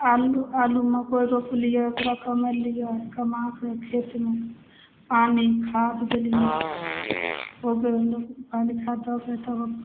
आलू आलू मकइ रोपलियै ओकरा कमेलियै कमाके खेतमे पानि खाद देलियै हो गेल पानि खाद दऽ के तब अपन